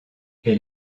elle